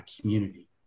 community